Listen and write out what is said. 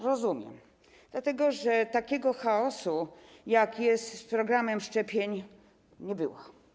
Rozumiem pana, dlatego że takiego chaosu, jaki jest z programem szczepień, nie było.